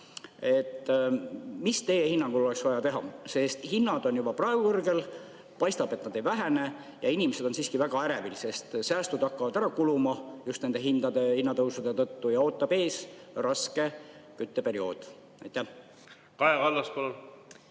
Mida teie hinnangul oleks vaja teha? Hinnad on juba praegu kõrgel, paistab, et nad ei vähene. Inimesed on siiski väga ärevil, sest säästud hakkavad ära kuluma just nende hinnatõusude tõttu ja ees ootab raske kütteperiood. Kaja Kallas,